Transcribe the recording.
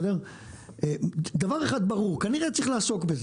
מה בדיוק צריך לעשות?